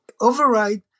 override